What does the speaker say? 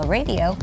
Radio